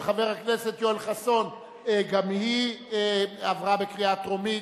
אני קובע שהצעת החוק של חבר הכנסת יואל חסון גם היא עברה בקריאה טרומית.